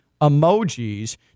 emojis